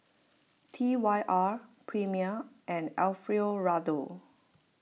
T Y R Premier and Alfio Raldo